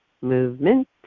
movement